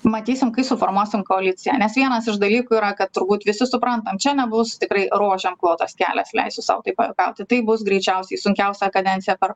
matysim kai suformuosim koaliciją mes vienas iš dalykų yra kad turbūt visi suprantam čia nebus tikrai rožėm klotas kelias leisiu sau taip pajuokauti taip bus greičiausiai sunkiausia kadencija per